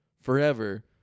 forever